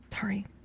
Sorry